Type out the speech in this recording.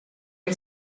and